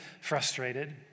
frustrated